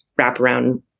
wraparound